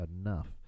enough